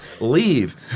Leave